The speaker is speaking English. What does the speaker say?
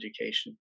education